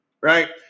right